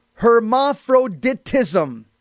hermaphroditism